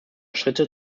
schritte